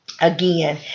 Again